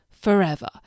forever